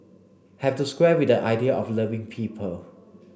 have to square with the idea of loving people